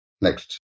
Next